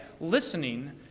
listening